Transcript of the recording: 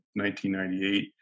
1998